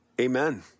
Amen